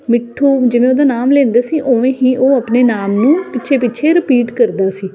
ਮਿੱਠੂ ਜਿਵੇਂ ਉਹਦਾ ਨਾਮ ਲੈਂਦੇ ਸੀ ਉਵੇਂ ਹੀ ਉਹ ਆਪਣੇ ਨਾਮ ਨੂੰ ਪਿੱਛੇ ਪਿੱਛੇ ਰਿਪੀਟ ਕਰਦਾ ਸੀ